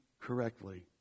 correctly